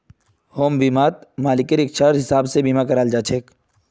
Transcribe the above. home बीमात मालिकेर इच्छार हिसाब से बीमा कराल जा छे